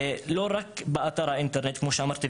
לא רק באתר האינטרנט כמו שאמרתי.